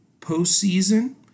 postseason